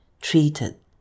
treated